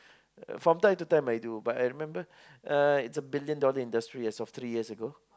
from time to time I do but I remember uh it's a billion dollar industry as of three years ago